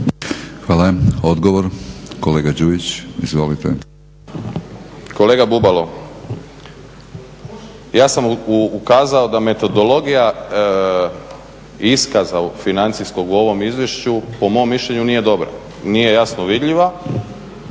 Hvala. Odgovor, kolega Đujić. Izvolite. **Đujić, Saša (SDP)** Kolega Bubalo, ja sam ukazao da metodologija iskaza financijskog u ovom izvješću po mom mišljenju nije dobra, nije jasno vidljiva.